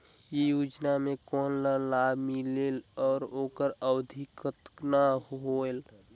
ये योजना मे कोन ला लाभ मिलेल और ओकर अवधी कतना होएल